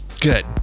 Good